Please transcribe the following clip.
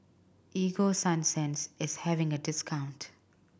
Ego Sunsense is having a discount